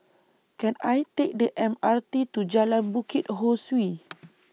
Can I Take The M R T to Jalan Bukit Ho Swee